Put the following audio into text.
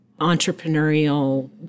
entrepreneurial